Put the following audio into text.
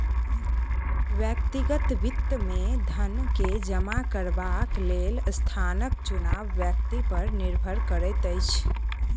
व्यक्तिगत वित्त मे धन के जमा करबाक लेल स्थानक चुनाव व्यक्ति पर निर्भर करैत अछि